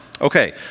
Okay